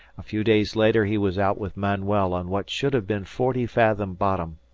a few days later he was out with manuel on what should have been forty-fathom bottom,